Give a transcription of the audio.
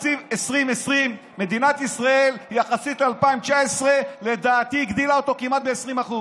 את תקציב 2020 לדעתי מדינת ישראל הגדילה יחסית ל-2019 כמעט ב-20%,